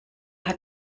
hat